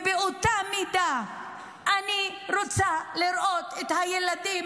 באותה מידה אני רוצה לראות את הילדים